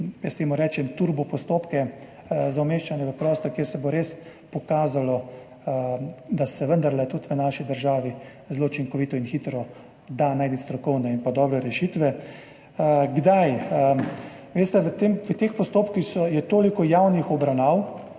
jaz temu rečem, turbo postopke za umeščanje v prostor, kjer se bo res pokazalo, da se vendarle tudi v naši državi zelo učinkovito in hitro da najti strokovne in dobre rešitve. Kdaj? Veste, v teh postopkih je toliko javnih obravnav,